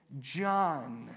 John